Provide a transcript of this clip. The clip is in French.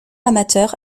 amateur